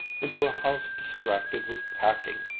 into a house distracted with packing,